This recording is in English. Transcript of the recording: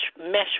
mesh